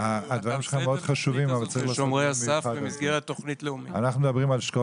הדברים של מאוד חשובים אבל אנחנו מדברים על שכול